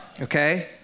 Okay